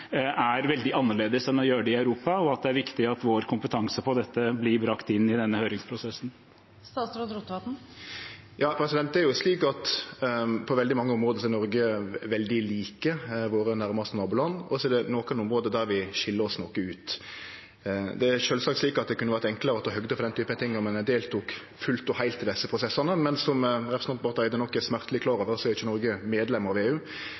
er veldig annerledes enn å gjøre det i Europa, og at det er viktig at vår kompetanse på dette blir brakt inn i denne høringsprosessen? Det er slik at på veldig mange område er Noreg veldig lik våre næraste naboland, og så er det andre område der vi skil oss noko ut. Det er sjølvsagt slik at det kunne vore enklare å ta høgde for den typen ting om ein deltok fullt og heilt i desse prosessane, men som representanten Barth Eide nok er smerteleg klar over, er ikkje Noreg medlem av EU.